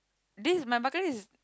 this is my bucket list